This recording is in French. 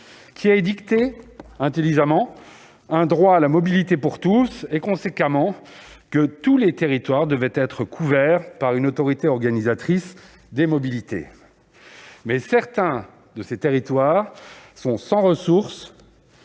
de manière intelligente, un droit à la mobilité pour tous et, conséquemment, que tous les territoires devaient être couverts par une autorité organisatrice de la mobilité (AOM). Néanmoins, certains territoires sont sans ressources